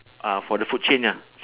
ah for the food chain ya